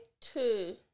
two